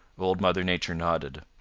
old mother nature nodded.